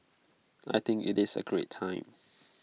I think IT is A great time